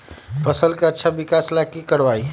फसल के अच्छा विकास ला की करवाई?